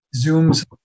Zooms